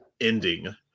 ending